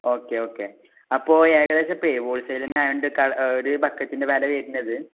okay okay അപ്പോൾ ഏകദേശം ഇപ്പം ഹോൾസെലിന് ആയത് കൊണ്ട് ക ഒരു ബക്കറ്റിൻ്റെ വില വരുന്നത്